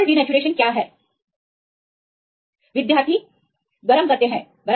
तो थर्मल विकृतीकरण क्या है